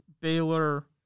Baylor